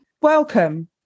Welcome